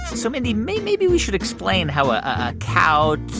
so mindy, maybe we should explain how a cow.